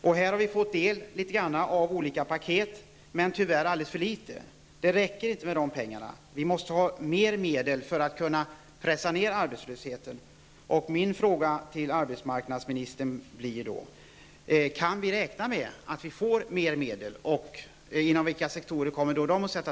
Vi har fått del av olika paket, men tyvärr har det blivit alldeles för litet. Det räcker inte med de pengar som har beviljats. Vi behöver mer medel för att kunna pressa ned arbetslösheten. Kan vi räkna med att få mer medel och vilka sektorer kommer de att gälla?